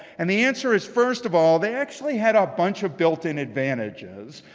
and the answer is, first of all, they actually had a bunch of built-in advantages.